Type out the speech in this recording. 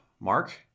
Mark